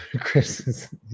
Chris